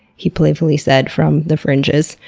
he playfully said, from the fringes.